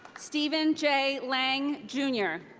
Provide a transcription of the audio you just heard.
steven j. lange jr.